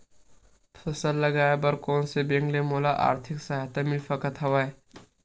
फसल लगाये बर कोन से बैंक ले मोला आर्थिक सहायता मिल सकत हवय?